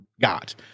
got